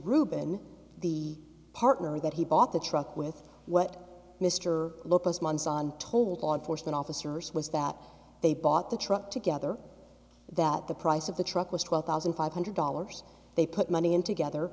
reuben the partner that he bought the truck with what mr lopez months on told law enforcement officers was that they bought the truck to other that the price of the truck was twelve thousand five hundred dollars they put money into gether